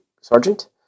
Sergeant